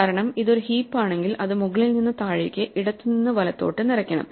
കാരണം ഇത് ഒരു ഹീപ്പ് ആണെങ്കിൽ അത് മുകളിൽ നിന്ന് താഴേക്ക് ഇടത്തുനിന്ന് വലത്തോട്ട് നിറയ്ക്കണം